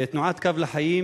תנועת "קו לחיים"